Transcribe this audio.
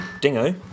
dingo